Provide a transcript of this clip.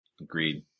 Agreed